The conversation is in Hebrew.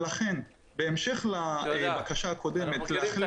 לכן, בהמשך לבקשה הקודמת להחיל --- תודה.